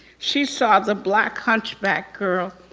she saw the black hunchback girl,